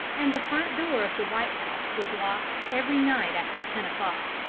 and the front door of the white house was locked every night after ten o'clock.